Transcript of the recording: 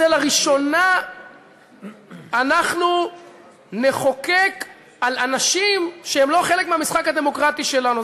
לראשונה אנחנו נחוקק על אנשים שהם לא חלק מהמשחק הדמוקרטי שלנו.